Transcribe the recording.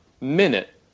minute